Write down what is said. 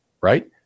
Right